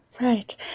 Right